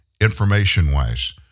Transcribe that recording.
information-wise